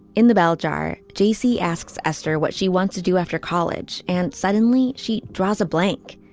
in the bell jar. dc asks esther what she wants to do after college and suddenly she draws a blank.